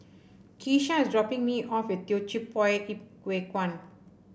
Keesha is dropping me off at Teochew Poit Ip Huay Kuan